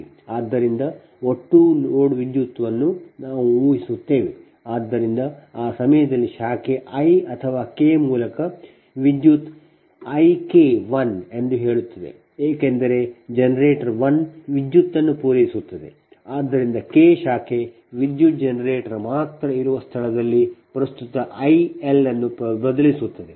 ಆದ್ದರಿಂದ ಒಟ್ಟು ಲೋಡ್ ವಿದ್ಯುತ್ ಅನ್ನು ನಾವು ಊಹಿಸುತ್ತೇವೆ ಆದ್ದರಿಂದ ಆ ಸಮಯದಲ್ಲಿ ಶಾಖೆ i ಅಥವಾ k ಮೂಲಕ ವಿದ್ಯುತ್ ಪ್ರಸರಣವಾಗುವುದನ್ನು I K1 ಎಂದು ಹೇಳುತ್ತದೆ ಏಕೆಂದರೆ ಜನರೇಟರ್ 1 ವಿದ್ಯುತ್ಅನ್ನು ಪೂರೈಸುತ್ತಿದೆ ಆದ್ದರಿಂದ K ಶಾಖೆ ವಿದ್ಯುತ್ ಜನರೇಟರ್ ಮಾತ್ರ ಇರುವ ಸ್ಥಳದಲ್ಲಿ ಪ್ರಸ್ತುತ ವಿದ್ಯುತ್ I L ಅನ್ನು ಬದಲಿಸುತ್ತದೆ